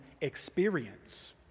experience